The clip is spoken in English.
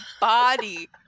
body